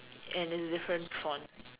and it's different font